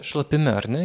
šlapime ar ne